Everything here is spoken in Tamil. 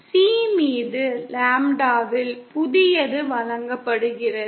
C மீது லாம்ப்டாவில் புதியது வழங்கப்படுகிறது